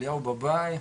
אליהו בבאי,